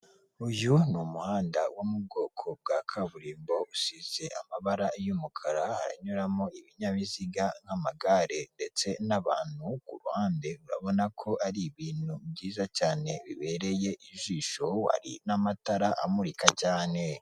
Uyu ni umuhanda wo mu bwoko bwa kaburimbo usize amabara y'umukara anyuramo ibinyabiziga nk'amagare ndetse n'abantu ku ruhande, urabona ko ari ibintu byiza cyane bibereye ijisho hari n'amatara amurika cyane.